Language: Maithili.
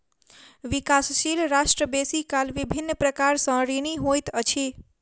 विकासशील राष्ट्र बेसी काल विभिन्न प्रकार सँ ऋणी होइत अछि